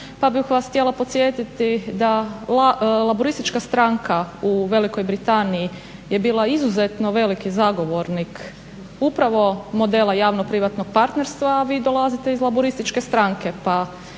pa bih vas htjela podsjetiti da Laburistička stranka u Velikoj Britaniji je bila izuzetno veliki zagovornik upravo modela javno-privatnog partnerstva, a vi dolazite iz Laburističke stranke